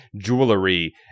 jewelry